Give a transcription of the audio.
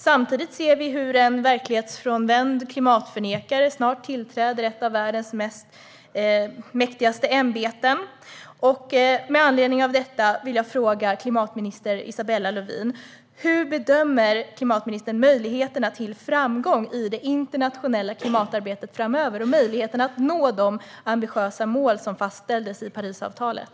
Samtidigt ser vi hur en verklighetsfrånvänd klimatförnekare snart tillträder ett av världens mäktigaste ämbeten, och med anledning av detta vill jag fråga klimatminister Isabella Lövin: Hur bedömer klimatministern möjligheterna till framgång i det internationella klimatarbetet framöver och möjligheterna att nå de ambitiösa mål som fastställdes i Parisavtalet?